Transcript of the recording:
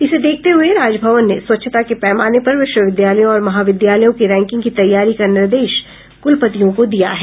इसे देखते हुए राजभवन ने स्वच्छता के पैमाने पर विश्वविद्यालयों और महाविद्यालयों की रैंकिंग की तैयारी का निर्देश कुलपतियों को दिया है